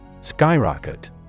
Skyrocket